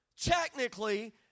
technically